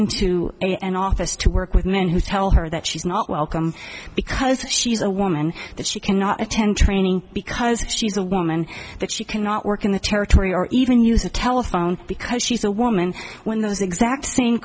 into an office to work with men who tell her that she's not welcome because she's a woman that she cannot attend training because she's a woman that she cannot work in the territory or even use a telephone because she's a woman when those exact same